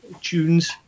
tunes